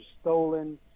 stolen